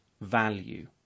value